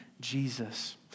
Jesus